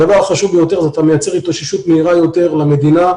הדבר החשוב ביותר זה שאתה מייצר התאוששות מהירה יותר למדינה,